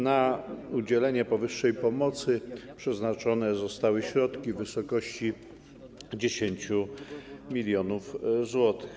Na udzielenie powyższej pomocy przeznaczone zostały środki w wysokości 10 mln zł.